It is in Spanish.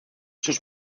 sus